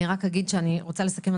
אני רק אגיד שאני רוצה לסכם.